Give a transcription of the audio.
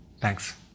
Thanks